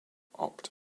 opt